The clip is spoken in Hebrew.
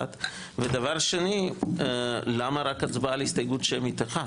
דבר שני, למה רק הצבעה על הסתייגות שמית אחת.